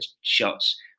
shots